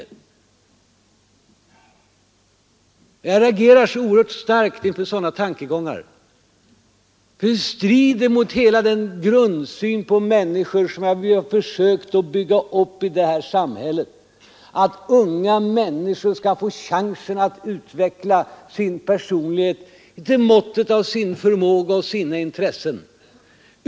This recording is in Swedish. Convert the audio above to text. Jag reagerar oerhört starkt inför sådana tankegångar därför att de strider mot hela den grundsyn på människor som vi försökt bygga upp i vårt samhälle; unga människor skall få chansen att utveckla sin personlighet till måttet av sin förmåga och sina intressen.